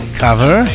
cover